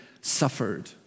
suffered